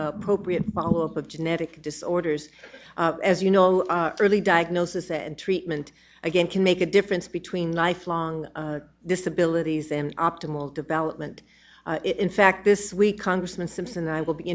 appropriate follow up of genetic disorders as you know early diagnosis and treatment again can make a difference between life long disability and optimal development in fact this week congressman simpson and i will be